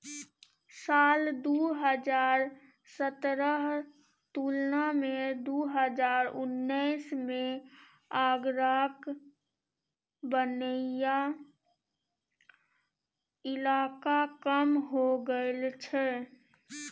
साल दु हजार सतरहक तुलना मे दु हजार उन्नैस मे आगराक बनैया इलाका कम हो गेल छै